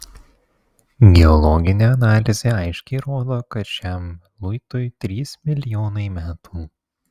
geologinė analizė aiškiai rodo kad šiam luitui trys milijonai metų